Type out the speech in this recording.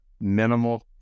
minimal